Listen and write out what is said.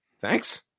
Thanks